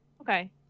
Okay